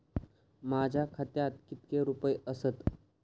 माझ्या खात्यात कितके रुपये आसत?